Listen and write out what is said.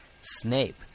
Snape